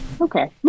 okay